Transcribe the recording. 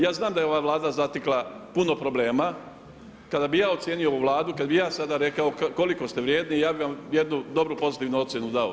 Ja znam da je ova Vlada zatekla puno problema, kada bih ja ocijenio ovu Vladu, kada bih ja sada rekao koliko ste vrijedni ja bih vam jednu dobru pozitivnu ocjenu dao.